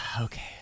Okay